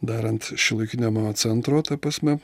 darant šiuolaikinio meno centro ta prasme